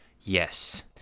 Yes